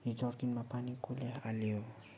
यो जर्किनमा पानी कसले हाल्यो